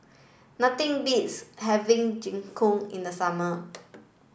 nothing beats having Jingisukan in the summer